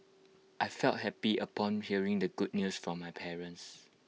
I felt happy upon hearing the good news from my parents